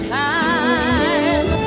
time